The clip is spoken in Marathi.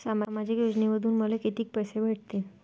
सामाजिक योजनेमंधून मले कितीक पैसे भेटतीनं?